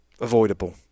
avoidable